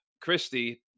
Christie